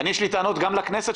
יש לי טענות גם לכנסת,